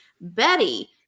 Betty